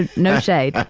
and no shade,